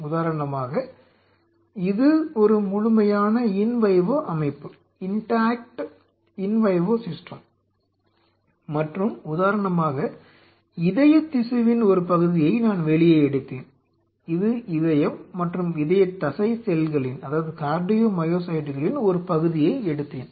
உதாரணமாக இது ஒரு முழுமையான இன் வைவோ அமைப்பு மற்றும் உதாரணமாக இதயத் திசுவின் ஒரு பகுதியை நான் வெளியே எடுத்தேன் இது இதயம் மற்றும் இதயத்தசை செல்களின் ஒரு பகுதியை எடுத்தேன்